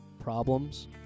problems